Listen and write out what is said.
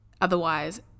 otherwise